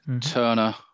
Turner